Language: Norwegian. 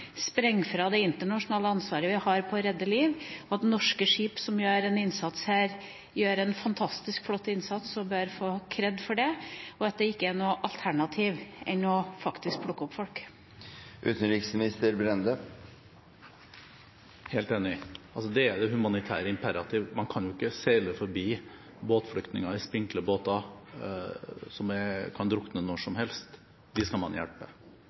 det internasjonale ansvaret vi har for å redde liv, at norske skip som gjør en innsats her, gjør en fantastisk flott innsats og bør få «kred» for det, og at det ikke er noe annet alternativ enn å plukke opp folk. Helt enig – det er det humanitære imperativ. Man kan ikke seile forbi flyktninger i spinkle båter – flyktninger som kan drukne når som helst. Dem skal man hjelpe.